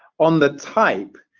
on the type,